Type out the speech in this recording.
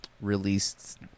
released